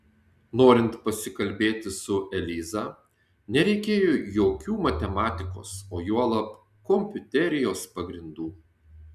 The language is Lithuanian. norint pasikalbėti su eliza nereikėjo jokių matematikos o juolab kompiuterijos pagrindų